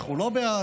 אנחנו לא בעד.